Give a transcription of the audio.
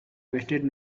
wasted